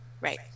Right